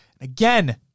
Again